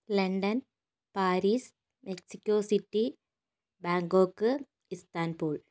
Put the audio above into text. London Paris Mexico city Bangkok Istanbul